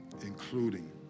Including